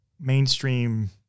mainstream